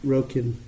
Rokin